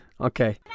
okay